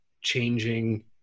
changing